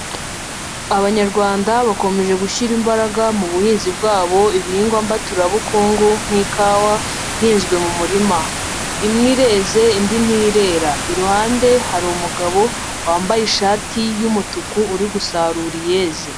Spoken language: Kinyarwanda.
Abanyarwanda bakomeje gushyira imbaraga mu buhinzi bwabo, ibihingwa mbaturabukungu nk'ikawa ihinzwe mu murima. Imwe ireze indi ntirera. Iruhande hari umugabo wambaye ishati y'umutuku uri gusarura iyeze.